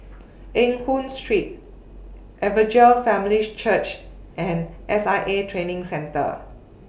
Eng Hoon Street Evangel Families Church and S I A Training Centre